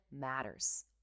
matters